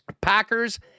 Packers